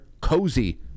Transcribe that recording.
Cozy